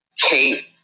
Kate